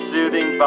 Soothing